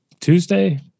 Tuesday